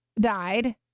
died